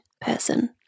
person